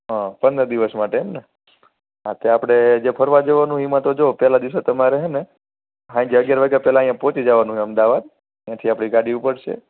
હા પંદર દિવસ માટે એમને હા તે આપણે જે ફરવા જવાનું એમાં તો જો પહેલા દિવસે તમારે છે ને સાંજે અગિયાર વાગ્યા પહેલાં અહીંયા પહોંચી જવાનું છે અમદાવાદ ત્યાંથી આપણી ગાડી ઉપડશે